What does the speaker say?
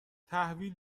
تحویل